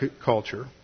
culture